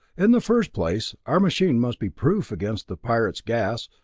in the first place, our machine must be proof against the pirate's gas,